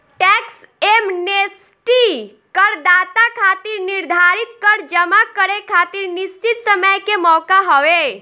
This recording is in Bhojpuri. टैक्स एमनेस्टी करदाता खातिर निर्धारित कर जमा करे खातिर निश्चित समय के मौका हवे